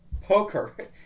Poker